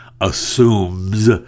assumes